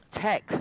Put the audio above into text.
tech